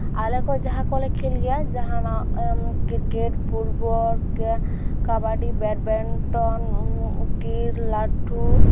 ᱟᱞᱮ ᱠᱚ ᱡᱟᱦᱟᱸ ᱠᱚᱞᱮ ᱠᱷᱮᱞ ᱜᱮᱭᱟ ᱡᱟᱦᱟᱱᱟᱜ ᱠᱨᱤᱠᱮᱴ ᱯᱷᱩᱴᱵᱚᱞ ᱠᱟᱵᱟᱰᱤ ᱵᱮᱰᱢᱤᱱᱴᱚᱱ ᱴᱤᱨ ᱞᱟᱹᱴᱷᱩᱨ